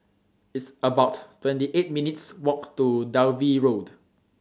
It's about twenty eight minutes' Walk to Dalvey Road